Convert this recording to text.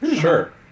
Sure